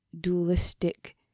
dualistic